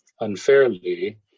unfairly